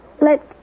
Let